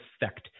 effect